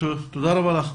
תודה רבה לך.